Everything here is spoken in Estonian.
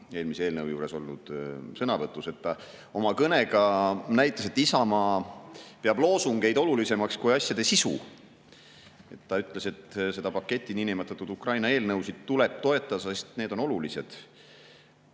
eelmise eelnõu [arutelul] olnud sõnavõtus. Ta oma kõnega näitas, et Isamaa peab loosungeid olulisemaks kui asjade sisu. Ta ütles, et seda paketti, niinimetatud Ukraina eelnõusid, tuleb toetada, sest need eelnõud on olulised.